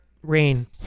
rain